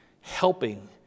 helping